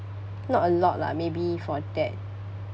not a lot lah maybe for that